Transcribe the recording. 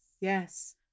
Yes